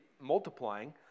multiplying